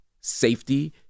safety